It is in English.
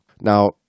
Now